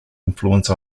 influence